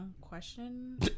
Question